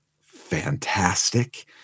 fantastic